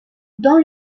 dans